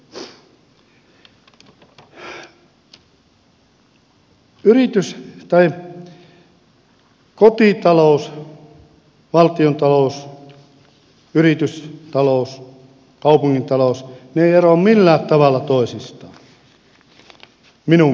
kotitalous valtiontalous yritystalous kaupungin talous ne eivät eroa millään tavalla toisistaan minun mielestäni